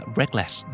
reckless